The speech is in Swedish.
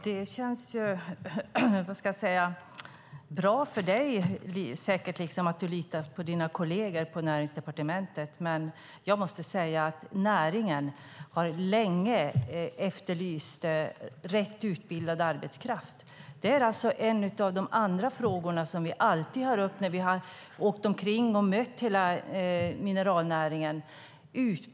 Fru talman! Det känns säkert bra för dig att du litar på dina kolleger på Näringsdepartementet, Helena Lindahl. Men jag måste säga att näringen länge har efterlyst rätt utbildad arbetskraft. Utbildad arbetskraft är en av de frågor som alltid tas upp när vi åker omkring och möter hela mineralnäringen.